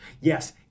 Yes